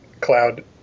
cloud